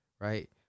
right